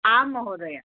आं महोदया